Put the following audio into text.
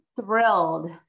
thrilled